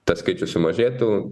tas skaičius sumažėtų